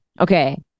Okay